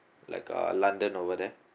like uh london over there